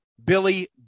billy